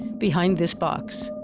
behind this box.